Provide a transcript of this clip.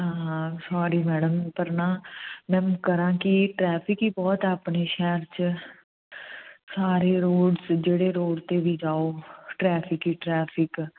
sorry madam ਪਰ ਨਾ ma'am ਕਰਾਂ ਕਿ ਟਰੈਫਿਕ ਹੀ ਬਹੁਤ ਆਪਣੇ ਸ਼ਹਿਰ 'ਚ ਸਾਰੇ ਰੋਡਸ ਜਿਹੜੇ ਰੋਡ 'ਤੇ ਵੀ ਜਾਓ ਟਰੈਫਿਕ ਹੀ ਟਰੈਫਿਕ